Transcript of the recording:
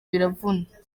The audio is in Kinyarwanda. biravuna